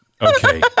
Okay